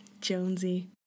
Jonesy